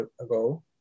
ago